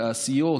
תעשיות,